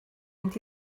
mynd